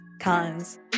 cons